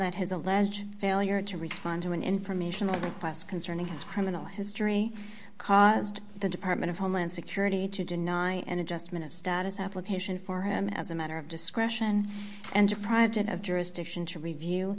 that his alleged failure to respond to an informational request concerning his criminal history caused the department of homeland security to deny an adjustment of status application for him as a matter of discretion and deprived of jurisdiction to review